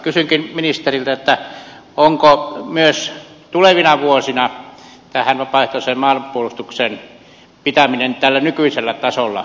kysynkin ministeriltä onko myös tulevina vuosina vapaaehtoisen maanpuolustuksen pitäminen tällä nykyisellä tasolla tarkoituksenmukaista